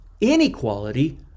inequality